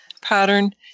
pattern